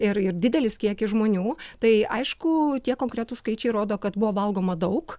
ir ir didelis kiekis žmonių tai aišku tie konkretūs skaičiai rodo kad buvo valgoma daug